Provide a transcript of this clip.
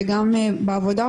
וגם בעבודה,